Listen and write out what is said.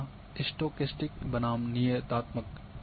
चौथा स्टोचैस्टिक बनाम नियतात्मक है